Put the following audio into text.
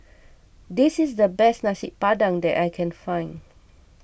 this is the best Nasi Padang that I can find